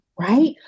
right